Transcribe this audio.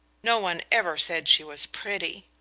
no one ever said she was pretty.